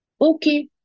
Okay